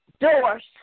Doors